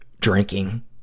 drinking